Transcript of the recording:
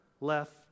left